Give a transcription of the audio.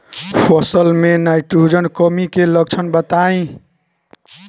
फसल में नाइट्रोजन कमी के लक्षण बताइ?